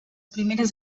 primeres